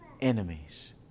enemies